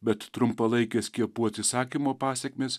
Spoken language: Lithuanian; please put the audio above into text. bet trumpalaikės skiepų atsisakymo pasekmės